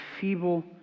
feeble